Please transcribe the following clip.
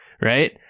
right